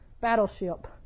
Battleship